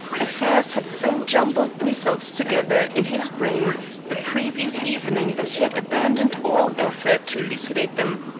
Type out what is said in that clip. affairs had so jumbled themselves together in his brain the previous evening that he had abandoned all effort to elucidate them.